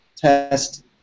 test